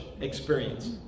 experience